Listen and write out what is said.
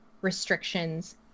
restrictions